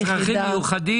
עם צרכים מיוחדים,